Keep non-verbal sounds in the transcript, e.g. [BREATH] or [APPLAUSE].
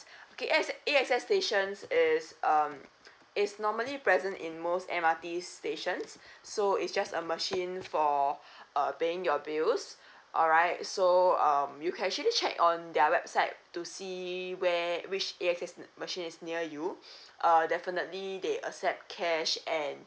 okay A_X A_X_S stations is um is normally present in most M_R_T stations so is just a machine for uh paying your bills alright so um you can actually check on their website to see where which A_X_S machine is near you [BREATH] uh definitely they accept cash and